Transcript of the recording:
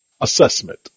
Assessment